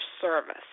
service